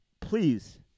Please